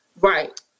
Right